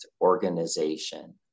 organization